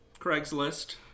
Craigslist